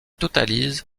totalise